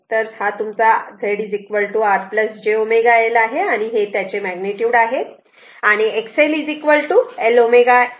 तर हा तुमचा Z R j ω L आहे आणि हे त्याचे मॅग्निट्युड आहे आणि XL L ω आहे